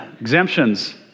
Exemptions